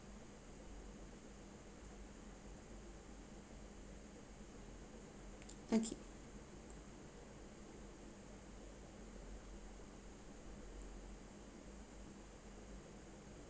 okay